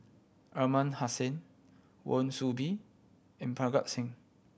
Aliman Hassan Wan Soon Bee and Parga Singh